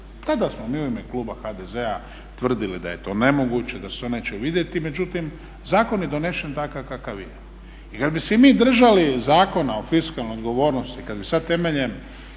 tada smo u ime kluba HDZ-a tvrdili da je to nemoguće da se to neće vidjeti, međutim zakon je donesen takav kakav je. I kada bi se mi držali Zakona o fiskalnoj odgovornosti, kada bi sada temeljem